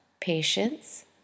patience